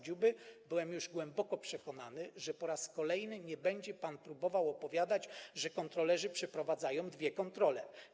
Dziuby, byłem już głęboko przekonany, że po raz kolejny nie będzie pan próbował opowiadać, że kontrolerzy przeprowadzają dwie kontrole.